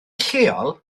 lleol